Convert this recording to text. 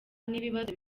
n’ibibazo